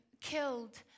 killed